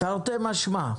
תרתי משמע.